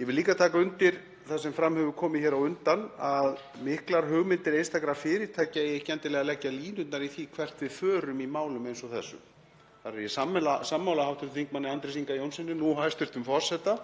Ég vil líka taka undir það sem fram hefur komið hér á undan, að miklar hugmyndir einstakra fyrirtækja eiga ekki endilega að leggja línurnar í því hvert við förum í málum eins og þessu. Þar er ég sammála hv. þm. Andrési Inga Jónssyni, nú hæstv. forseta.